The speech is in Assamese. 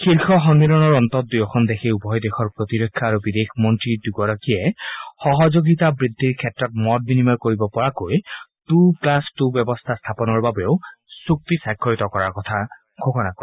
শীৰ্ষ সন্মিলনৰ অন্তত দুয়োখন দেশে উভয় দেশৰ প্ৰতিৰক্ষা আৰু বিদেশ মন্ত্ৰী দুগৰাকীয়ে সহযোগিতা বৃদ্ধিৰ ক্ষেত্ৰত মত বিনিময় কৰিব পৰাকৈ টু প্লাছ টু ব্যৱস্থা স্থাপনৰ বাবেও চূক্তি স্বাক্ষৰিত কৰাৰ কথা ঘোষণা কৰে